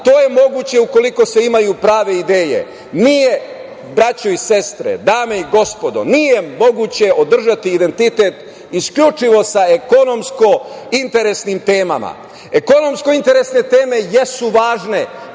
to je moguće ukoliko se imaju prave ideje. Braćo i sestre, dame i gospodo, nije moguće održati identitet isključivo sa ekonomsko-interesnim temama. Ekonomsko-interesne teme jesu važne,